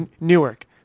Newark